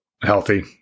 healthy